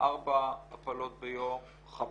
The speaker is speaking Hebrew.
ארבע הפלות ביום חמש?